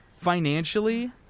financially